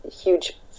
huge